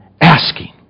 Asking